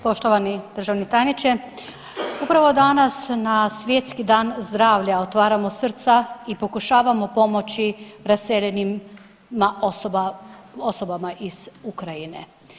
Poštovani državni tajniče, upravo danas na Svjetski dan zdravlja otvaramo srca i pokušavamo pomoći raseljenim osobama iz Ukrajine.